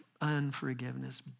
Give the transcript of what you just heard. unforgiveness